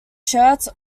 shirts